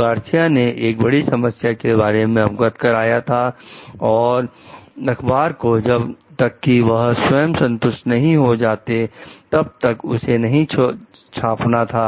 तो गार्सिया ने एक बड़ी समस्या के बारे में अवगत कराया था और अखबार को जब तक कि वह स्वयं संतुष्ट नहीं हो जाते तब तक उसे नहीं छापना था